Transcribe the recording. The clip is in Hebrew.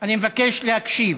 אני מבקש להקשיב.